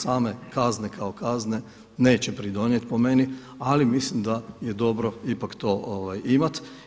Same kazne kao kazne neće pridonijeti po meni ali mislim da je dobro ipak to imati.